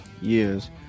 years